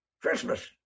Christmas –